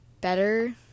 better